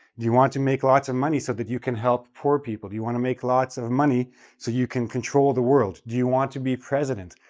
do you want to make lots of money so that you can help poor people? do you want to make lots of money so that you can control the world? do you want to be president?